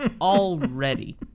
already